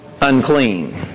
unclean